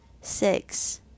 Six